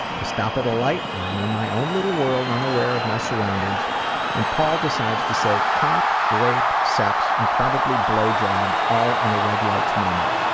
i stop at a light and i am in my own little world, unaware of my surroundings when paul decides to say cock, rape, sex, and probably blow job all in a red light's moment.